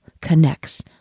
connects